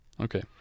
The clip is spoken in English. Okay